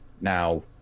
now